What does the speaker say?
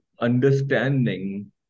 understanding